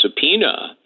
subpoena